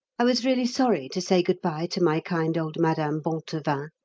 i was really sorry to say good-bye to my kind old madame bontevin,